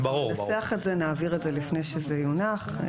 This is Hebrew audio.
אנחנו ננסח את זה, נעביר את זה לפני שזה יונח.